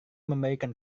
memberikan